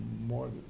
more